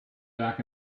back